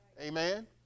amen